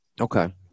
Okay